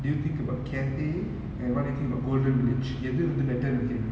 you think about cafe and what do you think about golden village எது வந்து:ethu vanthu better னு நெனைகுரிங்க:nu nenaikuringa